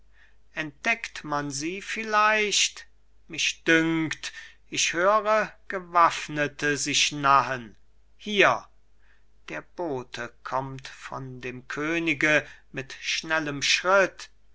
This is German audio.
entdeckt man sie vielleicht mich dünkt ich höre gewaffnete sich nahen hier der bote kommt von dem könige mit schnellem schritt